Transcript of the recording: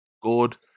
Good